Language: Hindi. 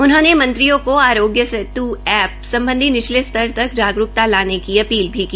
उन्होंने मंत्रियों को आरोग्य सेत् एप्प समुद्रधी निचले स्तर तक जागकता लाने की अपील भी की